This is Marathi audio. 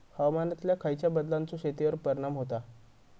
हवामानातल्या खयच्या बदलांचो शेतीवर परिणाम होता?